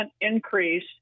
increase